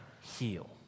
heal